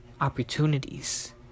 opportunities